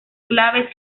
claves